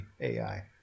AI